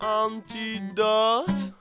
antidote